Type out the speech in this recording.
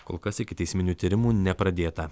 kol kas ikiteisminių tyrimų nepradėta